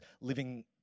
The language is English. living